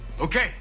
Okay